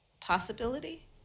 possibility